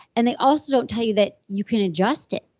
and they also don't tell you that you can adjust it,